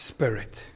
Spirit